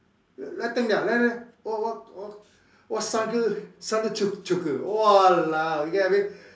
!walao! you get what I mean